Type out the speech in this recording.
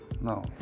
no